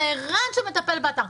זה האחד שמטפל באתר.